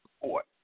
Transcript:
support